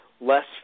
less